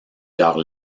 leurs